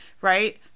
right